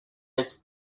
its